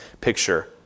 picture